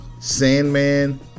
Sandman